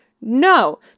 no